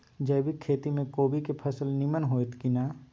जैविक खेती म कोबी के फसल नीमन होतय की नय?